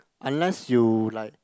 unless you like